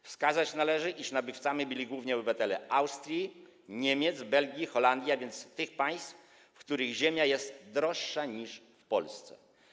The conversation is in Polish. Wskazać należy, iż nabywcami byli głównie obywatele Austrii, Niemiec, Belgii i Holandii, a więc tych państw, w których ziemia jest droższa niż w Polsce.